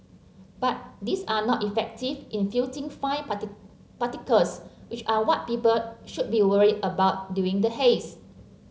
but these are not effective in filtering fine particles which are what people should be worried about during the haze